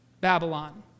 Babylon